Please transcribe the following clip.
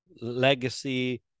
legacy